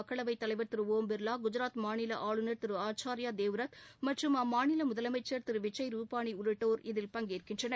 மக்களவைத் தலைவர் திருஷம் பிர்வா குஜராத் மாநிலஆளுநர் திருஆச்சாரியாதேவ்ரத் மற்றும் அம்மாநிலமுதலமைச்சர் திருவிஜய் ரூபானிஉள்ளிட்டோர் இதில் பங்கேற்கின்றனர்